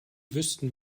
wüssten